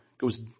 goes